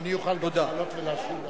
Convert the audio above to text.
אדוני יוכל לעלות ולהשיב לשר.